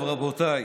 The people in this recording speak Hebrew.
טוב, רבותיי,